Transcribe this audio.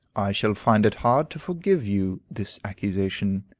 i shall find it hard to forgive you this accusation,